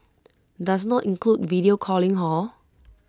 does not include video calling hor